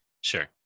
Sure